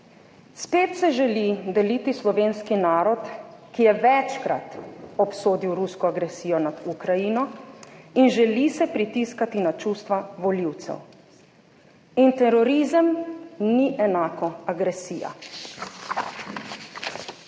spet se želi deliti slovenski narod, ki je večkrat obsodil rusko agresijo nad Ukrajino in želi se pritiskati na čustva volivcev. In terorizem ni enako agresija.